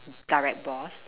direct boss